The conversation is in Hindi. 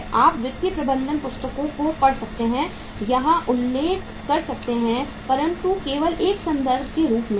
आप वित्तीय प्रबंधन पुस्तकों को पढ़ सकते हैं या उल्लेख कर सकते हैं परंतु केवल एक संदर्भ के रूप में ही